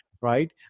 right